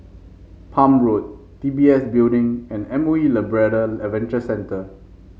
Palm Road D B S Building and M O E Labrador Adventure Centre